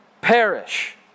perish